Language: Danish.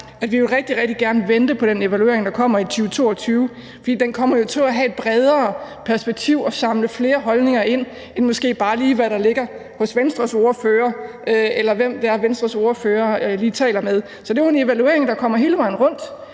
at vi rigtig, rigtig gerne vil vente på den evaluering, der kommer i 2022, for den kommer jo til at have et bredere perspektiv og vil kunne indhente flere holdninger, end hvad der måske bare lige ligger hos Venstres ordfører, eller hvem Venstres ordfører lige taler med. Det er jo en evaluering, der kommer hele vejen rundt